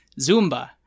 Zumba